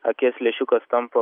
akies lęšiukas tampa